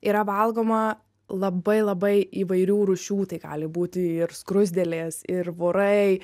yra valgoma labai labai įvairių rūšių tai gali būti ir skruzdėlės ir vorai